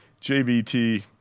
JVT